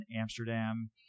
Amsterdam